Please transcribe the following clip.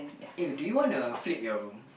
eh do you wanna flip your room